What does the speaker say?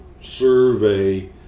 survey